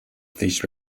these